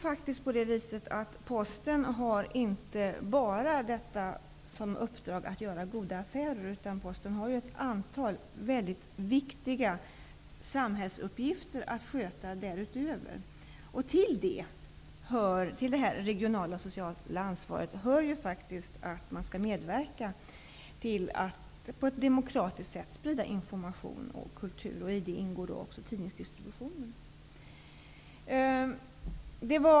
Posten har ju inte bara som uppdrag att göra goda affärer, utan Posten har ju ett antal väldigt viktiga samhällsuppgifter att sköta därutöver. Till detta regionala och sociala ansvar hör faktiskt att man skall medverka till att på ett demokratiskt sätt sprida information och kultur. I det ingår också tidningsdistributionen.